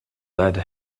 lead